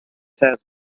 has